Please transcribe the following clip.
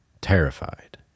terrified